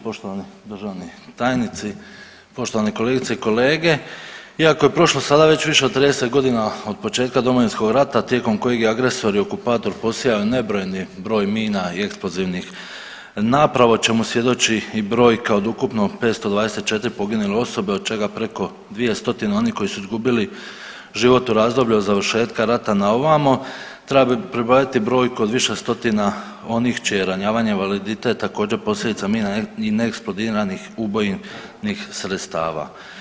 Poštovani državni tajnici, poštovane kolegice i kolege, iako je prošlo sada već više od 30 godina od početka Domovinskog rata tijekom koje je agresor i okupator posijao nebrojeni broj mina i eksplozivnih naprava o čemu svjedoči i brojka od ukupno 524 poginule osobe od čega preko 200 onih koji su izgubili život u razdoblju od završetka rata na ovamo treba pribrojati brojku od više stotina onih čije ranjavanje, invaliditet također posljedica mina i neeksplodiranih ubojnih sredstava.